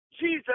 Jesus